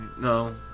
no